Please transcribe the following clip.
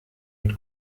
mit